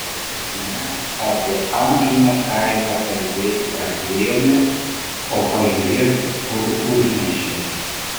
mes apie amžiną kaifą kalbėti pradėjome o pažiūrėk kur užnešė